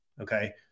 okay